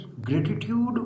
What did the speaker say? gratitude